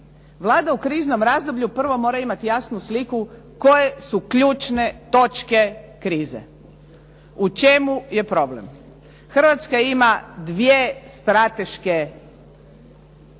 Vlada u kriznom razdoblju prvo mora imati jasnu sliku koje su ključne točke krize, u čemu je problem. Hrvatska ima dvije strateška cilja